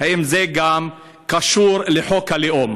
אם זה גם קשור לחוק הלאום.